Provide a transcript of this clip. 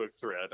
thread